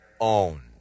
own